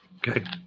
Good